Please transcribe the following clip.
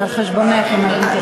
זה על חשבונך אם את מתייחסת.